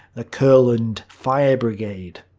the kurland fire brigade.